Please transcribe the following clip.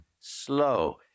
slow